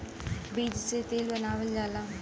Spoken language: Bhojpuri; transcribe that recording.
बीज से तेल बनावल जाला